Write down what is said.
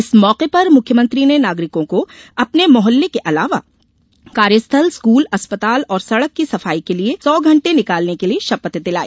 इस मौके पर मुख्यमंत्री ने नागरिकों को अपने मोहल्ले के अलावा कार्य स्थल स्कूल अस्पताल और सड़क की सफाई के लिये सौ घंटे निकालने के लिये शपथ दिलाई